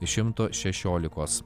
šimto šešiolikos